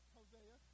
Hosea